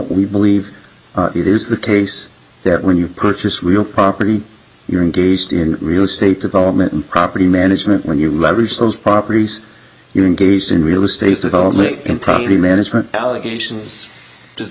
we believe it is the case that when you purchase real property you're engaged in real estate development and property management when you leverage those properties you're engaged in real estate development and probably management allegation